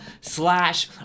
slash